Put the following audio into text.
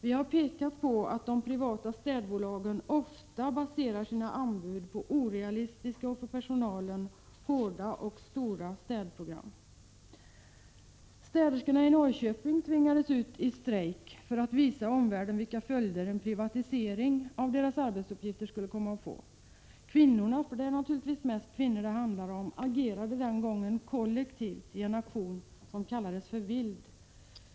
Vi har pekat på att de privata städbolagen ofta baserar sina anbud på orealistiska städprogram som blir omfattande och hårda för personalen. Städerskorna i Norrköping tvingades ut i strejk för att visa omvärlden vilka följder en privatisering skulle komma att få. Kvinnorna — för det är naturligtvis mest kvinnor det handlar om — agerade den gången kollektivt i en aktion som kallades vild.